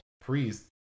priest